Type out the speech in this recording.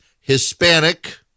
Hispanic